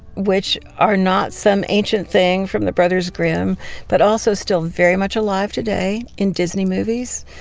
which are not some ancient thing from the brothers grimm but also still very much alive today in disney movies.